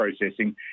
processing